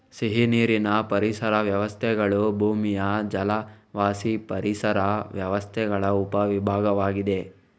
ಸಿಹಿನೀರಿನ ಪರಿಸರ ವ್ಯವಸ್ಥೆಗಳು ಭೂಮಿಯ ಜಲವಾಸಿ ಪರಿಸರ ವ್ಯವಸ್ಥೆಗಳ ಉಪ ವಿಭಾಗವಾಗಿದೆ